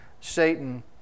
Satan